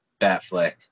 Batflick